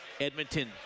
Edmonton